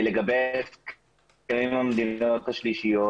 לגבי הסכם עם מדינות שלישיות,